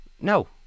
no